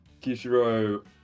Kishiro